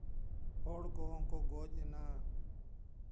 ᱦᱚᱲ ᱠᱚᱦᱚᱸ ᱠᱚ ᱜᱚᱡ ᱮᱱᱟ